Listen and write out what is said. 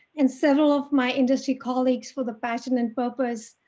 and several of my industry colleagues for the passion and purpose.